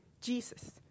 Jesus